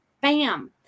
bam